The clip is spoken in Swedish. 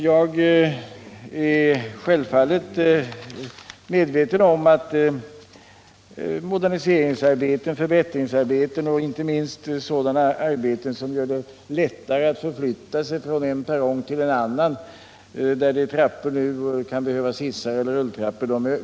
Jag är självfallet medveten om att moderniseringsarbeten och förbättringsarbeten är mycket önskvärda, inte minst insatser som gör det lättare att förflytta sig från en perrong till en annan — där det nu finns trappor kan det behövas hissar eller rulltrappor.